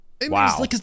wow